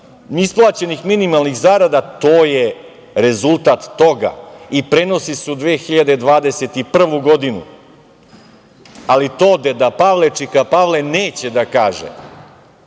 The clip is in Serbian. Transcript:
neisplaćenih minimalnih zarada, to je rezultat toga i prenosi se u 2021. godinu, ali to deda Pavle, čika Pavle, neće da kaže.